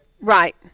Right